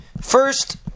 first